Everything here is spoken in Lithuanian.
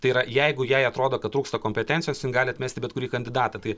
tai yra jeigu jai atrodo kad trūksta kompetencijos jin gali atmesti bet kurį kandidatą tai